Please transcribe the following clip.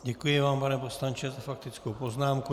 Děkuji vám, pane poslanče, za faktickou poznámku.